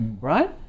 right